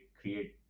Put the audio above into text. create